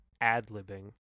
ad-libbing